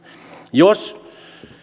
jos